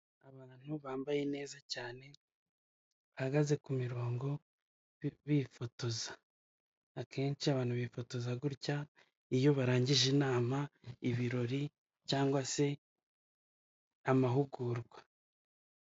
Abantu bambaye neza cyane bahagaze ku mirongo bifotoza. Akenshi abantu bifotoza gutya iyo barangije inama, ibirori cyangwa se amahugurwa.